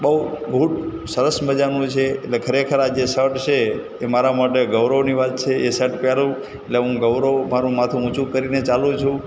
બહુ ગુડ સરસ મજાનું છે એટલે ખરેખર આ જે સર્ટ છે એ મારા માટે ગૌરવની વાત છે એ સર્ટ પહેરું એટલે હું ગૌરવ મારું માથું ઊંચું કરીને ચાલુ છું